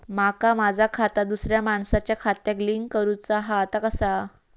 माका माझा खाता दुसऱ्या मानसाच्या खात्याक लिंक करूचा हा ता कसा?